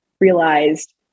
realized